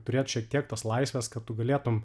turėt šiek tiek tos laisvės kad tu galėtum